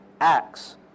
acts